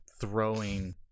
throwing